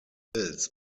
bills